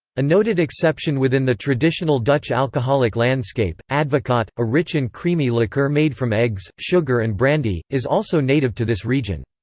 a noted exception within the traditional dutch alcoholic landscape, advocaat, a rich and creamy liqueur made from eggs, sugar and brandy, is also native to this region.